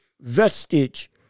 vestige